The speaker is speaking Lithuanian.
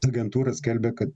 agentūros skelbia kad